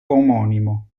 omonimo